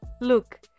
Look